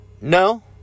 no